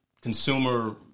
consumer